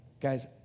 Guys